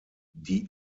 die